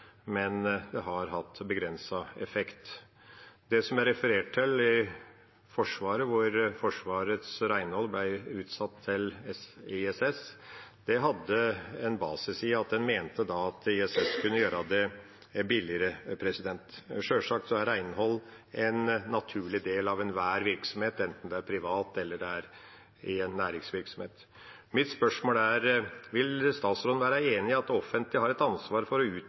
men det har hatt begrenset effekt. Det som er referert til fra Forsvaret, hvor Forsvarets renhold ble utsatt til ISS, hadde en basis i at en mente ISS kunne gjøre det billigere. Sjølsagt er renhold en naturlig del av enhver virksomhet, enten det er privat virksomhet eller næringsvirksomhet. Mitt spørsmål er: Vil statsråden være enig i at det offentlige har et ansvar for å